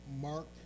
Mark